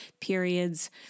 periods